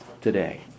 today